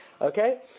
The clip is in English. okay